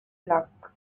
luck